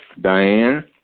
Diane